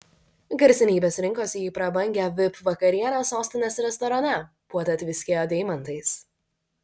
garsenybės rinkosi į prabangią vip vakarienę sostinės restorane puota tviskėjo deimantais